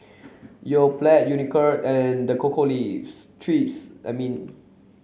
Yoplait Unicurd and The Cocoa Leaves Trees I mean